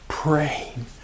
Praying